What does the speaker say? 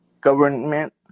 government